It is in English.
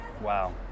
wow